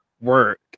work